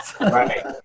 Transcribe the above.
Right